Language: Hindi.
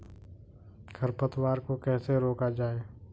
खरपतवार को कैसे रोका जाए?